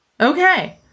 Okay